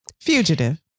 Fugitive